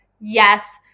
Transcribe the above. yes